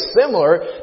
similar